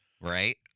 Right